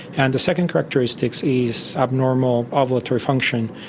and the second characteristic so is abnormal ovulatory function,